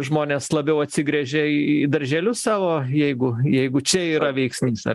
žmonės labiau atsigręžia į darželius savo jeigu jeigu čia yra veiksnys